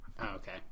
Okay